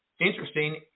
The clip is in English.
Interesting